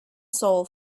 soul